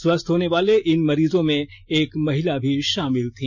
स्वस्थ होने वाले इन मरीजों में एक महिला भी शामिल थी